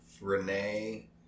Renee